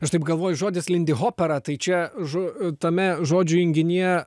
aš taip galvoju žodis lindihopera tai čia žu tame žodžių junginyje